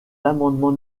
l’amendement